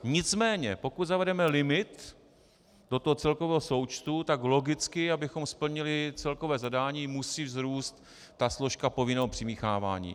Nicméně pokud zavedeme limit do celkového součtu, tak logicky, abychom splnili celkové zadání, musí vzrůst složka povinného přimíchávání.